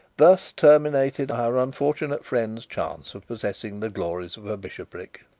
thus terminated our unfortunate friend's chance of possessing the glories of a bishopric.